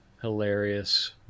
hilarious